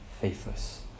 faithless